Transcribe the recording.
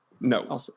No